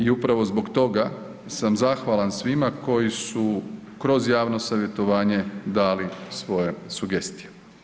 I upravo zbog toga sam zahvalan svima koji su kroz javno savjetovanje dali svoje sugestije.